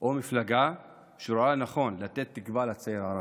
או מפלגה שרואה לנכון, לתת תקווה לציבור הערבי.